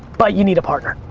but you need a partner.